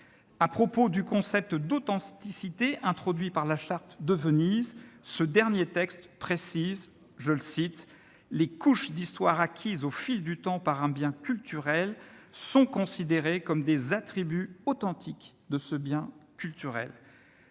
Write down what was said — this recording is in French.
À propos du concept d'authenticité introduit par la Charte de Venise, ce dernier texte précise :« Les couches d'histoire acquises au fil du temps par un bien culturel sont considérées comme des attributs authentiques de ce bien culturel.